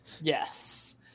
Yes